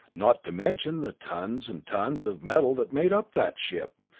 not to mention the tons and tons of metal that made up that ship.